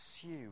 pursue